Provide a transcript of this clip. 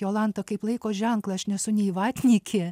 jolanta kaip laiko ženklą aš nesu nei vatnikė